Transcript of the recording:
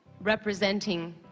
representing